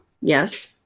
Yes